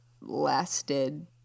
lasted